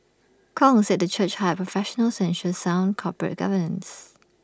Kong said the church hired professionals to ensure sound corporate governance